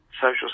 social